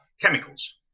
chemicals